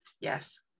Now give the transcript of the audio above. Yes